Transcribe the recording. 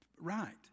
right